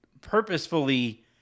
purposefully